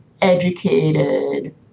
educated